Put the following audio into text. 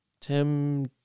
Tim